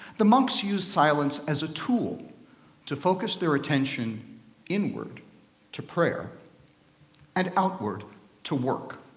the monks use silence as a tool to focus their attention inward to prayer and outward to work.